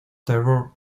terror